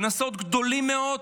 קנסות גדולים מאוד,